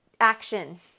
Action